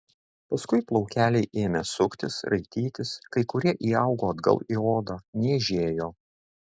paskui plaukeliai ėmė suktis raitytis kai kurie įaugo atgal į odą niežėjo